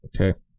okay